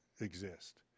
exist